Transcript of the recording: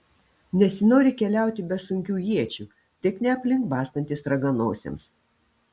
nesinori keliauti be sunkių iečių tik ne aplink bastantis raganosiams